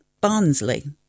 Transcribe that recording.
Barnsley